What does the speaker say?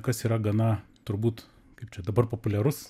kas yra gana turbūt kaip čia dabar populiarus